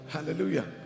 Hallelujah